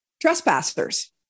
trespassers